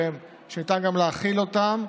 שניתן גם להחיל אותם.